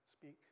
speak